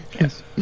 Yes